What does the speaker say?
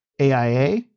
AIA